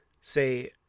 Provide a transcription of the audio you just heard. say